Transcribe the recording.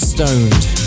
Stoned